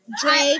Drake